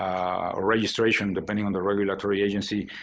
registration depending on the regulatory agency,